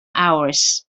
hours